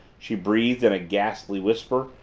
she breathed in a ghastly whisper,